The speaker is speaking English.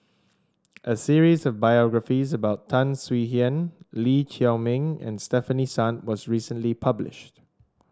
a series of biographies about Tan Swie Hian Lee Chiaw Meng and Stefanie Sun was recently published